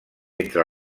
entre